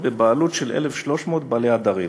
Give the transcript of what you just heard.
בבעלות של 1,300 בעלי עדרים.